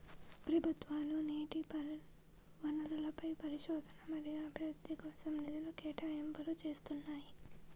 ప్రభుత్వాలు నీటి వనరులపై పరిశోధన మరియు అభివృద్ధి కోసం నిధుల కేటాయింపులు చేస్తున్నాయి